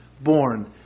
born